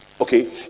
okay